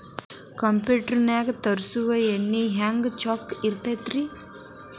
Computer ನಾಗ ತರುಸುವ ಎಣ್ಣಿ ಹೆಂಗ್ ಚೊಕ್ಕ ಇರತ್ತ ರಿ?